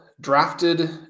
drafted